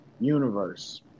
universe